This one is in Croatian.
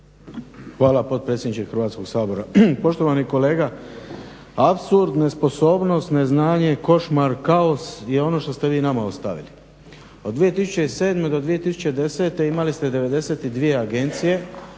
Hvala potpredsjedniče Hrvatskog sabora. Poštovani kolega apsurd, nesposobnost, neznanje, košmar, kaos je ono što ste vi nama ostavili. Od 2007.do 2010.imali ste 92 agencije